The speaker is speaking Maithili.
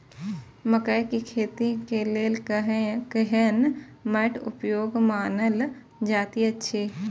मकैय के खेती के लेल केहन मैट उपयुक्त मानल जाति अछि?